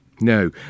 No